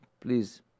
please